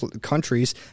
countries